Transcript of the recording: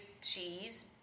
cheese